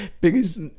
biggest